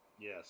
Yes